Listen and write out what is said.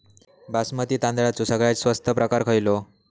बासमती तांदळाचो सगळ्यात स्वस्त प्रकार खयलो?